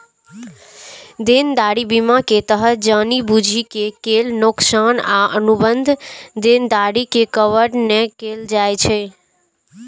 देनदारी बीमा के तहत जानि बूझि के कैल नोकसान आ अनुबंध देनदारी के कवर नै कैल जाइ छै